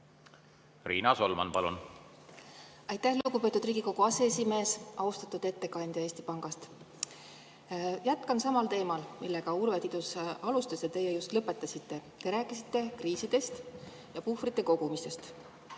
Riina Solman, palun! Aitäh, lugupeetud Riigikogu aseesimees! Austatud ettekandja Eesti Pangast! Jätkan samal teemal, millega Urve Tiidus alustas ja teie just lõpetasite. Te rääkisite kriisidest ja puhvrite kogumisest,